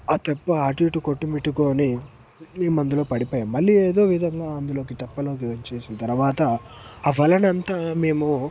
ఆ తెప్ప అటు ఇటు కొట్టు మిట్టు కొని నేను అందులో పడిపోయాను మళ్ళీ ఏదో విధంగా అందులోకి తెప్పలోకి వచ్చేసిన తరువాత ఆ వలనంతా మేము